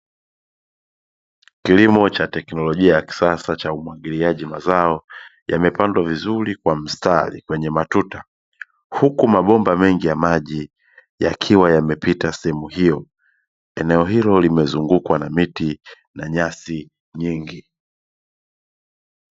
Kilimo cha teknolojia ya kisasa cha umwagiliaji mazao, yamepandwa vizuri kwa mstari kwenye matuta. Huku mabomba mengi ya maji yakiwa yamepita sehemu hiyo. Eneo ilo limezungukwa na miti na nyasi nyingi.